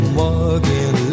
walking